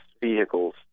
vehicles